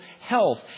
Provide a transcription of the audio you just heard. health